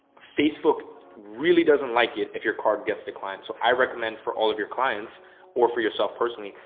facebook really doesn't like it if your card gets declined. so i recommend for all of your clients or for yourself personally,